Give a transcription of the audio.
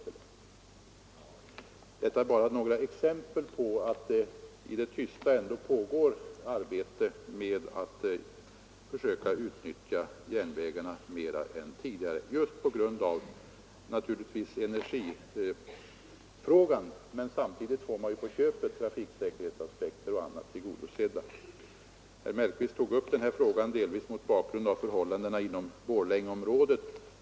Detta är alltså bara några exempel på att det i det tysta ändå pågår arbete med att försöka utnyttja järnvägarna mer än tidigare. Detta beror naturligtvis på energifrågan, men samtidigt får man ju på köpet trafiksäkerhetsaspekter och andra aspekter tillgodosedda. Herr Mellqvist tog upp denna fråga delvis mot bakgrund av förhållandena inom Borlängeområdet.